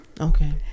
okay